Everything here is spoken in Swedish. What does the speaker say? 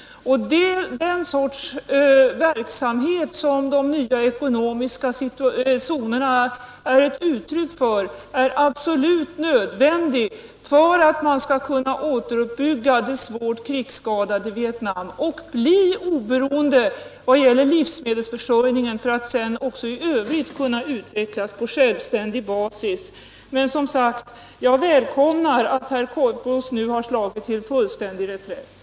Den verksamhet som de nya ekonomiska zonerna är ett uttryck för är absolut nödvändig för att man skall kunna återuppbygga det svårt krigsskadade Vietnam och bli oberoende vad gäller livsmedelsförsörjningen för att sedan också i övrigt kunna utvecklas på självständig basis. Jag välkomnar som sagt att herr Korpås nu har slagit till full reträtt.